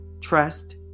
trust